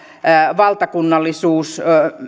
valtakunnallisuus